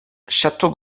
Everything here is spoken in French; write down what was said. château